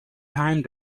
time